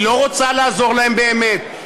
היא לא רוצה לעזור להם באמת,